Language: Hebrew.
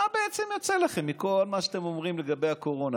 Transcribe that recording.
מה בעצם יוצא לכם מכל מה שאתם אומרים לגבי הקורונה?